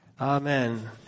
Amen